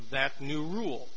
that new rule